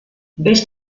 vés